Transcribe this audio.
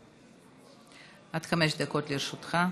עד חמש דקות לרשותך.